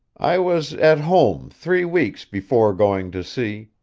i was at home three weeks before going to sea,